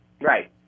Right